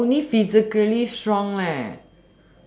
not only physically strong